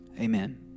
Amen